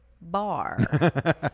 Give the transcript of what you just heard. bar